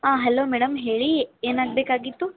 ಹಾಂ hello madam ಹೇಳಿ ಏನಾಗಬೇಕಾಗಿತ್ತು